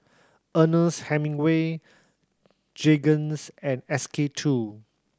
Ernest Hemingway Jergens and S K Two